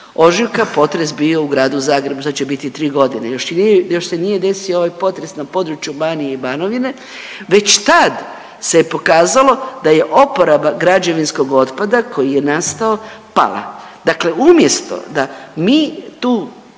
ožujka potres bio u gradu Zagrebu, sad će biti tri godine, još se nije desio ovaj potres na području Banije i Banovine, već tad se pokazalo da je oporaba građevinskog otpada koji je nastao pala. Dakle, umjesto da mi tu